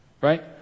right